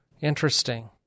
Interesting